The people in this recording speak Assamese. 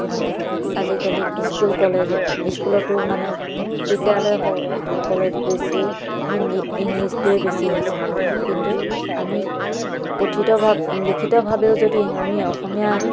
আৰু আজিকালি স্কুল কলেজত স্কুলতো মানে বিদ্যালয় স সকলোত বেছি হিন্দী ইংলিছটোৱেই বেছি হৈছে কিন্তু আমি কঠিতভাৱে লিখিতভাৱেও যদি আমি অসমীয়া